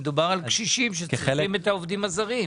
הרי מדובר על קשישים שצריכים את העובדים הזרים?